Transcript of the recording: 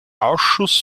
ausschuss